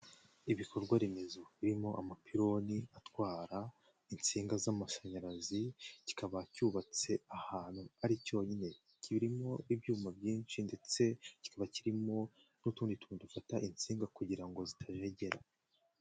Ibikorwaremezo birimo amapironi atwara insinga z'amashanyarazi, kikaba cyubatse ahantu ari cyonyine, kirimo ibyuma byinshi ndetse kikaba kirimo n'utundi tuntu dufata insinga kugira ngo zitajegera.